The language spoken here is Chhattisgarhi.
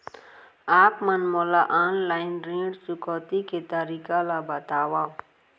आप मन मोला ऑनलाइन ऋण चुकौती के तरीका ल बतावव?